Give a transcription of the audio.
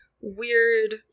weird